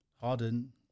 Harden